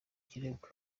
kirego